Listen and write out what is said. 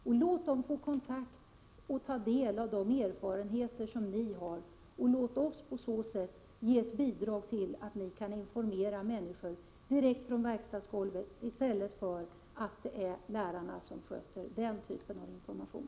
Låt eleverna få ta del av de erfarenheter ni har och låt oss på så sätt ge ett bidrag till att ni direkt från verkstadsgolvet informerar eleverna i stället för att lärarna sköter den typen av information.